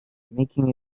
making